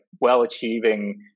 well-achieving